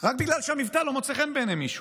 רק בגלל שהמבטא לא מוצא חן בעיני מישהו.